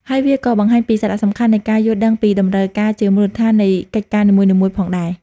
ហើយវាក៏បង្ហាញពីសារៈសំខាន់នៃការយល់ដឹងពីតម្រូវការជាមូលដ្ឋាននៃកិច្ចការនីមួយៗផងដែរ។